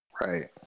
right